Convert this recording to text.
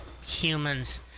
humans